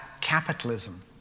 capitalism